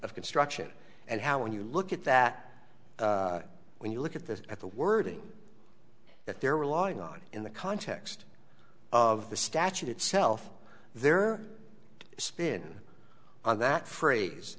of construction and how when you look at that when you look at this at the wording that they're relying on in the context of the statute itself their spin on that phrase